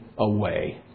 away